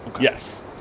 Yes